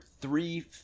three